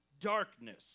darkness